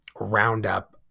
roundup